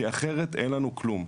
כי אחרת אין לנו כלום.